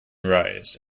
rise